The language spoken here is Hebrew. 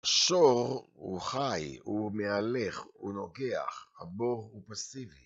שור הוא חי, הוא מהלך, הוא נוגח, הבור הוא פסיבי.